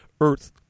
Earth